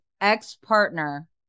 ex-partner